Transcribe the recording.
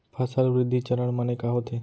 फसल वृद्धि चरण माने का होथे?